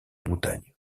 montagnes